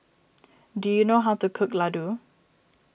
do you know how to cook Ladoo